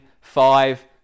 five